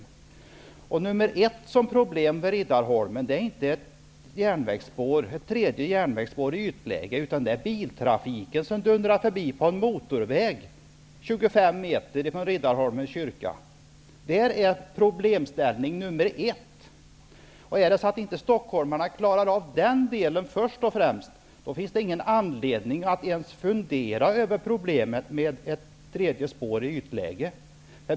Problem nummer 1 för Riddarholmen är inte ett tredje järnvägsspår i ytläge, utan det är biltrafiken som dundrar förbi på en motorväg 25 meter från Riddarholmens kyrka. Om inte stockholmarna klarar av den delen först och främst, finns det ingen anledning att ens fundera över problemet med ett tredje spår i ytläge.